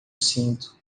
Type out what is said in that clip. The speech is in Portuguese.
cinto